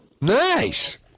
Nice